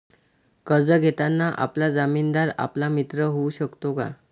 कर्ज घेताना आपला जामीनदार आपला मित्र होऊ शकतो का?